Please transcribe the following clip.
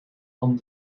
van